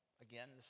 again